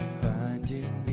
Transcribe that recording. finding